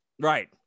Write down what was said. Right